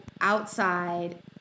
outside